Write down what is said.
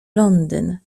londyn